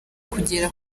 kugera